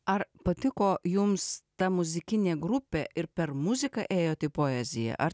ar patiko jums ta muzikinė grupė ir per muziką ėjot į poeziją ar